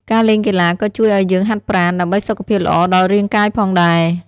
ការលេងកីឡាក៏ជួយឲ្យយើងហាត់ប្រាណ ដើម្បីសុខភាពល្អដល់រាងកាយផងដែរ។